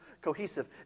cohesive